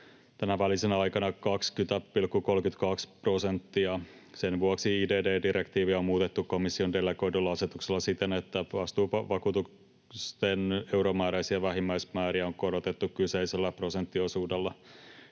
vuoden aikana, 20,32 prosenttia. Sen vuoksi IDD-direktiiviä on muutettu komission delegoidulla asetuksella siten, että vastuuvakuutusten euromääräisiä vähimmäismääriä on korotettu kyseisellä prosenttiosuudella.